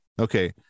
Okay